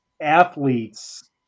athletes